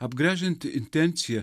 apgręžianti intencija